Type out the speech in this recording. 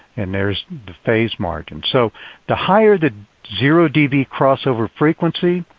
and there is the phase margin. so the higher the zero db crossover frequency,